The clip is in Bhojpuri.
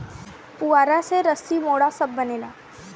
पुआरा से रसी, मोढ़ा सब बनेला